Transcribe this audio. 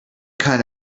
kind